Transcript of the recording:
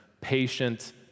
patient